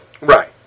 Right